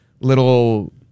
little